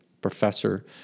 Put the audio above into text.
professor